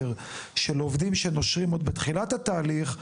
של עובדים שנושרים עוד בתחילת התהליך?